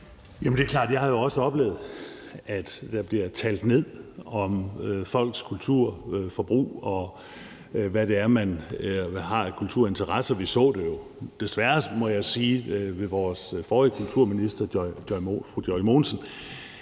Jeg har også oplevet, at der bliver talt nedsættende om folks kulturforbrug og om, hvad det er, man har af kulturinteresser. Vi så det jo – desværre, må jeg sige – med vores forrige kulturminister, fru Joy Mogensen,